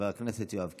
חבר הכנסת יואב קיש.